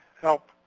help